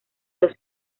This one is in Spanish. los